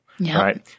Right